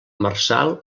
marçal